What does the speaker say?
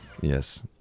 Yes